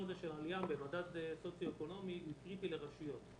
הזה של מדד סוציואקונומי הוא קריטי לרשויות.